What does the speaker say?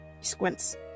Squints